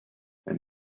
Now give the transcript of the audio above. and